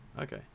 okay